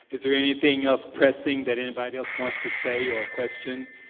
is there anything else pressing that anybody else wants to say or question?